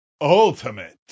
Ultimate